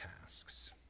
tasks